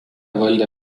valdė